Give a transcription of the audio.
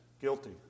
Guilty